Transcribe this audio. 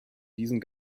diesen